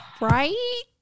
Right